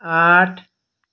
आठ